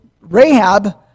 Rahab